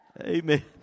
Amen